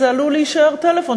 אז זה עלול להישאר טלפון,